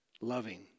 loving